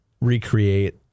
recreate